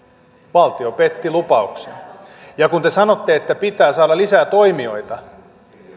valtio petti lupauksen ja kun te sanotte että pitää saada lisää toimijoita